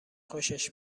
خوشش